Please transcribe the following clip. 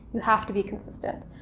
you have to be consistent.